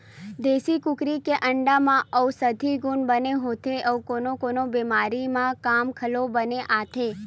देसी कुकरी के अंडा म अउसधी गुन बने होथे अउ कोनो कोनो बेमारी म काम घलोक बने आथे